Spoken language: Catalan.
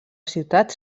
ciutat